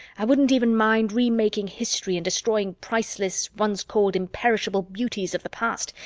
i wouldn't even mind remaking history and destroying priceless, once-called imperishable beauties of the past,